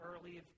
early